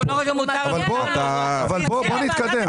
אבל בוא נתקדם.